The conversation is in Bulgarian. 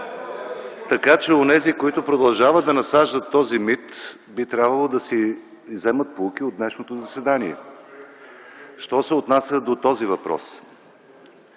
от КБ.) Онези, които продължават да насаждат този мит, би трябвало да си вземат поуки от днешното заседание! Що се отнася до този въпрос,